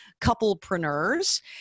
couplepreneurs